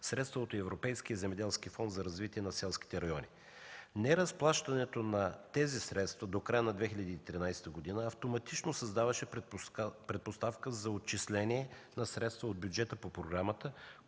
средства от Европейския земеделски фонд за развитие на селските райони. Неразплащането на тези средства до края на 2013 г. автоматично създаваше предпоставки за отчисления на средства от бюджета по програмата,